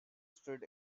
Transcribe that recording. street